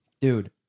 Dude